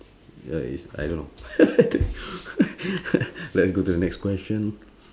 uh it's I don't know let's go to the next question